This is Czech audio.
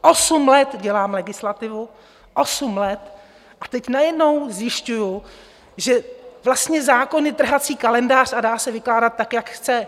Osm let dělám legislativu, osm let, a teď najednou zjišťuju, že vlastně zákon je trhací kalendář a dá se vykládat tak, jak chceme.